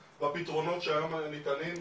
והנה אני אומר את זה גם פה.